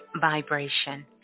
vibration